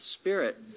Spirit